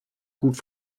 gut